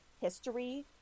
history